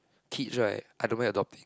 kids right I don't mind adopting